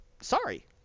Sorry